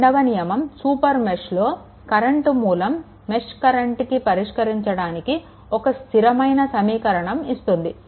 రెండవ నియమం సూపర్ మెష్లోని కరెంట్ మూలం మెష్ కరెంట్ని పరిష్కరించడానికి ఒక స్థిరమైన సమీకరణం ఇస్తుంది